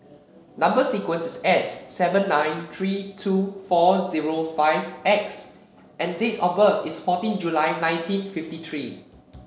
number sequence is S seven nine three two four zero five X and date of birth is fourteen July nineteen fifty three